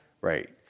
Right